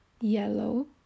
yellow